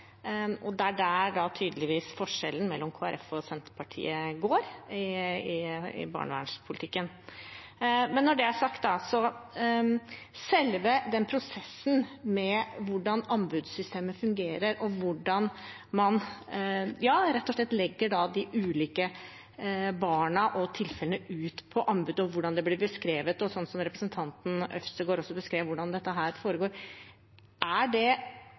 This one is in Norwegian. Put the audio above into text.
og det er tydeligvis der forskjellen mellom Kristelig Folkeparti og Senterpartiet ligger i barnevernspolitikken. Men når det er sagt: Selve prosessen med hvordan anbudssystemet fungerer, og hvordan man rett og slett legger de ulike barna og tilfellene ut på anbud, slik også representanten Øvstegård beskrev hvordan foregår – er det verdig nok? Det aller viktigste for meg er at ungene får et godt tilbud, og at kvaliteten er